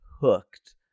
hooked